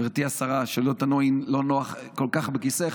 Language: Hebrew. גברתי השרה, שלא תנועי לא נוח כל כך בכיסאך.